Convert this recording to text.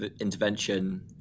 intervention